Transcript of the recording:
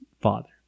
father